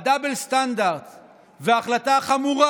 ה-double standard וההחלטה החמורה